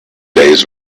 days